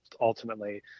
ultimately